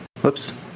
Whoops